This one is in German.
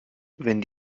wenn